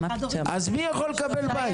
אז מי יכול לקבל בית?